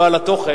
לא על התוכן,